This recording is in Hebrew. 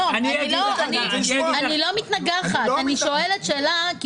אני לא מתנגחת, אני שואלת שאלה.